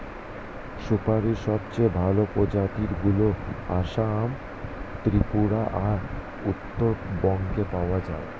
সুপারীর সবচেয়ে ভালো প্রজাতিগুলো আসাম, ত্রিপুরা আর উত্তরবঙ্গে পাওয়া যায়